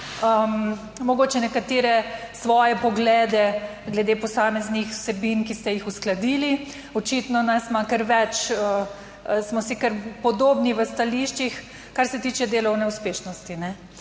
mogoče nekatere svoje poglede glede posameznih vsebin, ki ste jih uskladili. Očitno nas ima kar več, smo si kar podobni v stališčih, kar se tiče delovne uspešnosti.